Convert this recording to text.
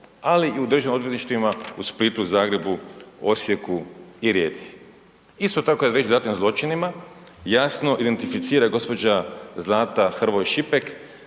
ali i u državnim odvjetništvima u Splitu, Zagrebu, Osijeku i Rijeci. Isto tako je … zločinima jasno identificira gospođa Zlata HRvoj Šipek